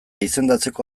izendatzeko